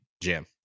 jam